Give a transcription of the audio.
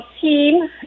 team